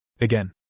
Again